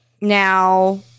Now